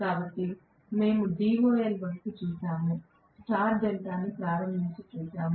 కాబట్టి మేము DOL వైపు చూశాము స్టార్ డెల్టాను ప్రారంభించి చూశాము